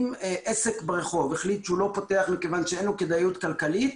אם עסק ברחוב החליט שהוא לא פותח מכיוון שאין לו כדאיות כלכלית,